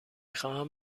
خواهم